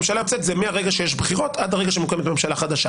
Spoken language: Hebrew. ממשלה יוצאת זה מהרגע שיש בחירות עד הרגע שמוקמת ממשלה חדשה.